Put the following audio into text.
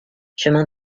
chemin